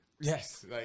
yes